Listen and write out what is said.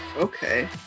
Okay